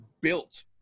built